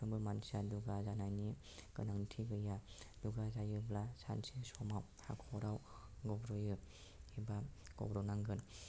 साफ्रोमबो मानसिया दुगा जानायनि गोनांथि गैया दुगा जायोब्ला सानसे समाव हाखराव गब्र'यो एबा गब्र'नांगोन